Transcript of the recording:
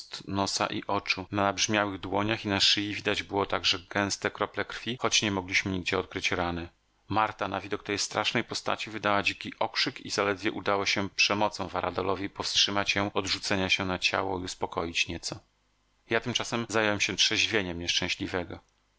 nosa i oczu na nabrzmiałych dłoniach i na szyi widać było także gęste krople krwi choć nie mogliśmy nigdzie odkryć rany marta na widok tej strasznej postaci wydała dziki okrzyk i zaledwie udało się przemocą varadolowi powstrzymać ją od rzucenia się na ciało i uspokoić nieco ja tymczasem zająłem się trzeźwieniem nieszczęśliwego